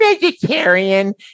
vegetarian